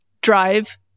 drive